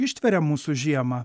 ištveria mūsų žiemą